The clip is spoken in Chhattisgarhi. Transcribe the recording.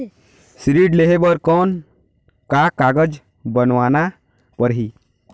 ऋण लेहे बर कौन का कागज बनवाना परही?